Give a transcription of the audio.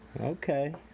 Okay